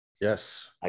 Yes